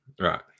Right